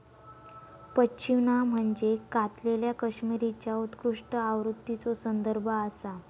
पश्मिना म्हणजे कातलेल्या कश्मीरीच्या उत्कृष्ट आवृत्तीचो संदर्भ आसा